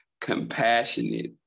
compassionate